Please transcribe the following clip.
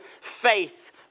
faith